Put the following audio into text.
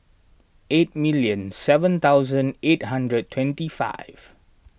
eight million seven thousand eight hundred twenty five